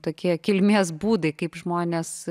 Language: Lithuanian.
tokie kilmės būdai kaip žmonės